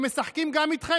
הם משחקים גם איתכם.